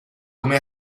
come